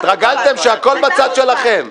התרגלתם שהכול בצד שלכם.